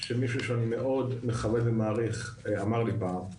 שמישהו שאני מאוד מכבד ומעריך אמר לי פעם.